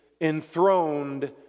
enthroned